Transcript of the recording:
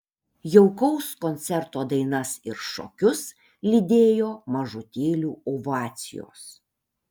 jaukaus koncerto dainas ir šokius lydėjo mažutėlių ovacijos